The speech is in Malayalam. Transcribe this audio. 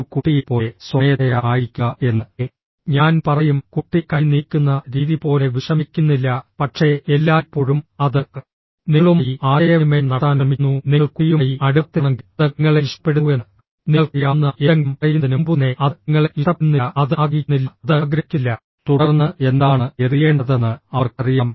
ഒരു കുട്ടിയെപ്പോലെ സ്വമേധയാ ആയിരിക്കുക എന്ന് ഞാൻ പറയും കുട്ടി കൈ നീക്കുന്ന രീതി പോലെ വിഷമിക്കുന്നില്ല പക്ഷേ എല്ലായ്പ്പോഴും അത് നിങ്ങളുമായി ആശയവിനിമയം നടത്താൻ ശ്രമിക്കുന്നു നിങ്ങൾ കുട്ടിയുമായി അടുപ്പത്തിലാണെങ്കിൽ അത് നിങ്ങളെ ഇഷ്ടപ്പെടുന്നുവെന്ന് നിങ്ങൾക്കറിയാവുന്ന എന്തെങ്കിലും പറയുന്നതിന് മുമ്പുതന്നെ അത് നിങ്ങളെ ഇഷ്ടപ്പെടുന്നില്ല അത് ആഗ്രഹിക്കുന്നില്ല അത് ആഗ്രഹിക്കുന്നില്ല തുടർന്ന് എന്താണ് എറിയേണ്ടതെന്ന് അവർക്കറിയാം